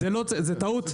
זו טעות.